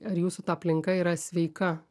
ar jūsų ta aplinka yra sveika